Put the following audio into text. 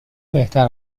بهتر